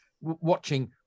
watching